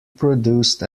produced